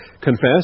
confess